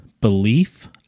belief